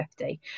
50